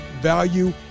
value